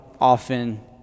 often